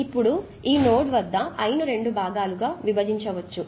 ఇప్పుడు ఈ నోడ్ వద్ద I ను రెండు భాగాలుగా విభజించవచ్చు